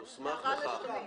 הוסמך לכך.